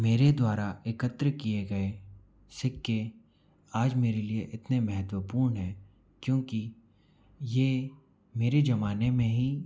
मेरे द्वारा एकत्र किए गए सिक्के आज मेरे लिए इतने महत्वपूर्ण हैं क्योंकि ये मेरे ज़माने में ही